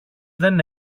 δεν